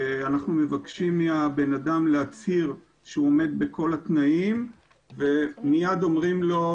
אנחנו מבקשים מהבן אדם להצהיר שהוא עומד בכל התנאים ומיד אומרים לו,